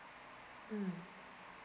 mm